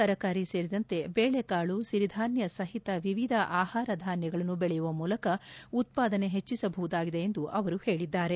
ತರಕಾರಿ ಸೇರಿದಂತೆ ಬೇಳೆಕಾಳು ಸಿರಿಧಾನ್ದ ಸಹಿತ ವಿವಿಧ ಆಹಾರಧಾನ್ದಗಳನ್ನು ಬೆಳೆಯುವ ಮೂಲಕ ಉತ್ಪಾದನೆ ಹೆಚ್ಚಿಸಬಹುದಾಗಿದೆ ಎಂದು ಅವರು ಹೇಳಿದ್ದಾರೆ